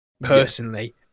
personally